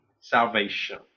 salvation